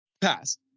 Pass